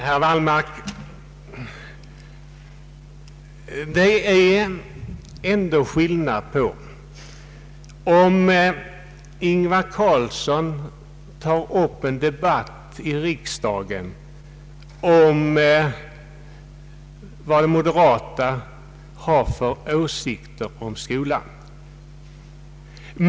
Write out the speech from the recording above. Herr talman! Det är ändå skillnad, herr Wallmark. Ingvar Carlsson tar up en debatt i riksdagen om vad de moderata har för åsikter om skolan.